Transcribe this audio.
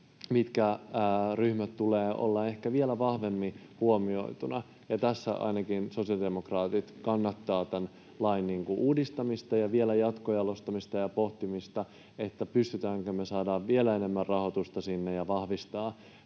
minkä ryhmien tulee olla ehkä vielä vahvemmin huomioituna. Ainakin sosiaalidemokraatit kannattavat tämän lain uudistamista ja vielä jatkojalostamista ja pohtimista, että pystymmekö me saamaan vielä enemmän rahoitusta sinne ja vahvistamaan